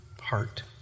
heart